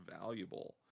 valuable